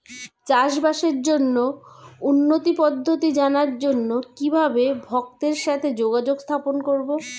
চাষবাসের জন্য উন্নতি পদ্ধতি জানার জন্য কিভাবে ভক্তের সাথে যোগাযোগ স্থাপন করব?